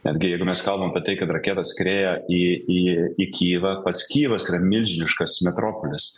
netgi jeigu mes kalbam apie tai kad raketa skrieja į į į kijevą pats kijevas yra milžiniškas metropolis